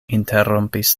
interrompis